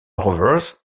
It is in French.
rovers